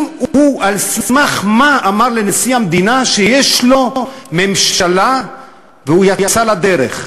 על סמך מה הוא אמר לנשיא המדינה שיש לו ממשלה והוא יצא לדרך?